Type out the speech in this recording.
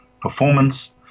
performance